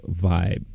vibe